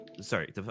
Sorry